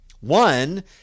One